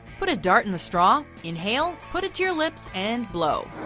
put a dart in the straw, inhale, put it to your lips and blow.